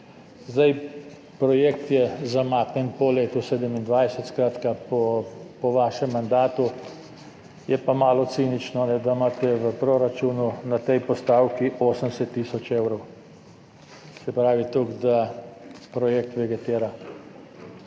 uredi. Projekt je zamaknjen, po letu 2027, skratka, po vašem mandatu, je pa malo cinično, da imate v proračunu na tej postavki 80 tisoč evrov, se pravi toliko, da projekt vegetira.